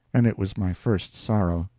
and it was my first sorrow.